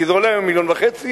כי זה עולה היום 1.5 מיליון,